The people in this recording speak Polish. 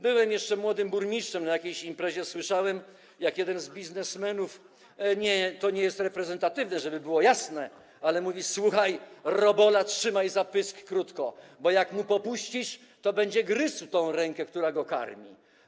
Byłem jeszcze młodym burmistrzem, na jakiejś imprezie słyszałem, jak jeden z biznesmenów, nie, to nie jest reprezentatywne, żeby było jasne, mówi: słuchaj, robola trzymaj za pysk krótko, bo jak mu popuścisz, to będzie gryzł tę rękę, która go karmi.